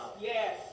yes